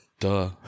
Duh